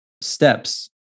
steps